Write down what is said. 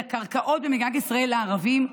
את הקרקעות במדינת ישראל לערבים,